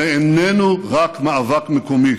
זה איננו רק מאבק מקומי